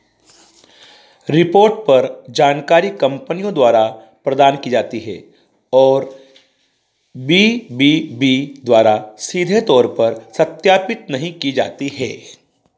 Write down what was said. report पर जानकारी कंपनियों द्वारा प्रदान की जाती है और बी बी बी द्वारा सीधे तौर पर सत्यापित नहीं की जाती है